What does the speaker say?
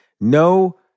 No